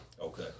Okay